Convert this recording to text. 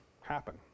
happen